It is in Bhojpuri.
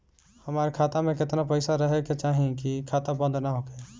हमार खाता मे केतना पैसा रहे के चाहीं की खाता बंद ना होखे?